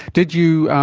did you